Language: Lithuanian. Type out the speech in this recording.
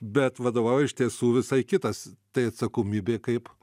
bet vadovauja iš tiesų visai kitas tai atsakomybė kaip